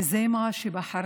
וזה מה שבחרתי